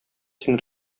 син